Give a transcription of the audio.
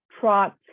trot